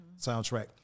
soundtrack